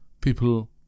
people